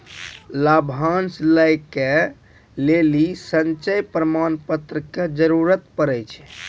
लाभांश लै के लेली संचय प्रमाण पत्र के जरूरत पड़ै छै